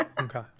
Okay